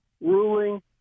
ruling